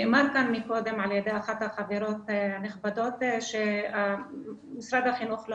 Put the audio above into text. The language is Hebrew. נאמר כאן קודם על ידי אחת החברות הנכבדות שמשרד החינוך לא